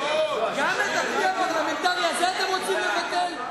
גם את הכלי הפרלמנטרי הזה אתם רוצים לבטל?